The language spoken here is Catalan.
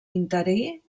interí